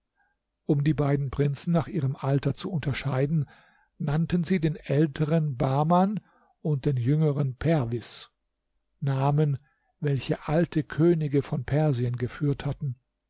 um die beiden prinzen nach ihrem alter zu unterscheiden nannten sie den älteren bahman und den jüngeren perwis namen welche alte könige von persien geführt hatten